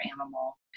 animal